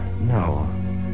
No